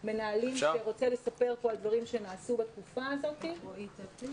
הם מגיעים לבית שבו יש מטבח ויש סלון ויש חדרי עבודה.